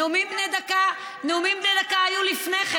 נאומים בני דקה היו לפני כן.